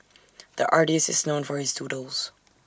the artist is known for his doodles